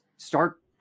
start